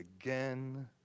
again